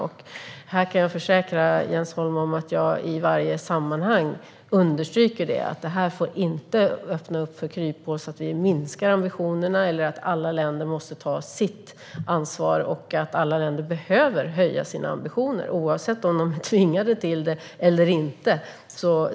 Jag kan försäkra Jens Holm om att jag i varje sammanhang understryker att detta inte får öppna kryphål så att vi sänker ambitionerna. Alla länder måste ta sitt ansvar och behöver höja sina ambitioner, oavsett om de är tvingade till det eller inte.